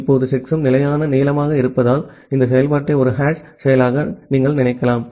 இப்போது செக்சம் நிலையான நீளமாக இருப்பதால் இந்த செயல்பாட்டை ஒரு ஹாஷ் செயல்பாடாக நீங்கள் நினைக்கலாம்